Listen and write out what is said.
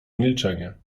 milczenie